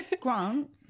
Grant